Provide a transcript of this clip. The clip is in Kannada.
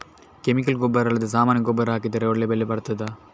ಕೆಮಿಕಲ್ ಗೊಬ್ಬರ ಅಲ್ಲದೆ ಸಾಮಾನ್ಯ ಗೊಬ್ಬರ ಹಾಕಿದರೆ ಒಳ್ಳೆ ಬೆಳೆ ಬರ್ತದಾ?